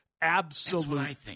absolute